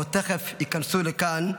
או תכף ייכנסו לכאן,